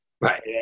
Right